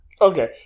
Okay